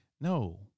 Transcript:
no